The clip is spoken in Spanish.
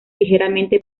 ligeramente